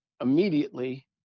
immediately